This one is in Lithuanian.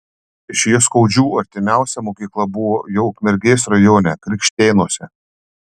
iš jaskaudžių artimiausia mokykla buvo jau ukmergės rajone krikštėnuose